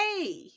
hey